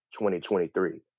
2023